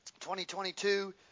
2022